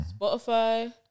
Spotify